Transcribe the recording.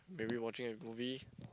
maybe watching a movie